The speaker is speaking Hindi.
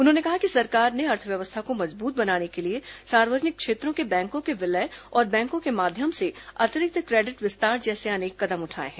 उन्होंने कहा कि सरकार ने अर्थव्यवस्था को मजबूत बनाने के लिए सार्वजनिक क्षेत्रों के बैंको के विलय और बैंको के माध्यम से अतिरिक्त क्रेडिट विस्तार जैसे अनेक कदम उठाए हैं